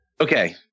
Okay